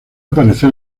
aparecer